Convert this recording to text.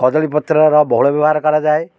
କଦଳୀ ପତ୍ରର ବହୁଳ ବ୍ୟବହାର କରାଯାଏ